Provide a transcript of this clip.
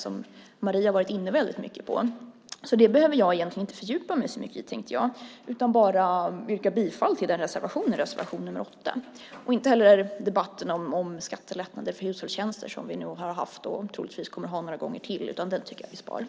Det har Marie Engström varit inne väldigt mycket på, så det behöver jag egentligen inte fördjupa mig så mycket i, utan jag yrkar bara bifall till reservation nr 8. Inte heller behöver jag fördjupa mig i debatten om skattelättnader för hushållstjänster som vi nu har haft och troligtvis kommer att ha några gånger till, utan den tycker jag att vi sparar.